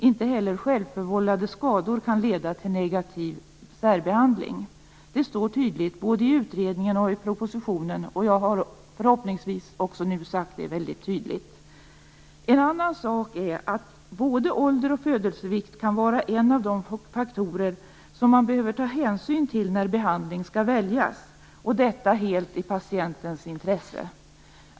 Inte heller självförvållade skador kan leda till negativ särbehandling. Det står tydligt både i utredningen och i propositionen, och jag har förhoppningsvis också sagt det väldigt tydligt nu. En annan sak är att både ålder och födelsevikt kan vara en av de faktorer som man behöver ta hänsyn till när behandling skall väljas, och detta helt i patientens intresse.